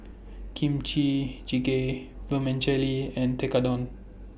Kimchi Jjigae Vermicelli and Tekkadon